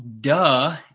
duh –